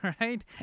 right